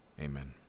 Amen